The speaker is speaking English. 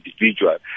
individual